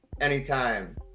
anytime